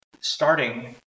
starting